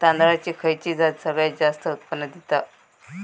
तांदळाची खयची जात सगळयात जास्त उत्पन्न दिता?